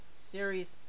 Series